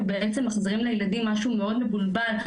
ובעצם מחזירים לילדים משהו מאוד מבולבל,